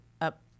up